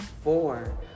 Four